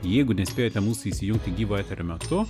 jeigu nespėjote mūsų įsijungti gyvo eterio metu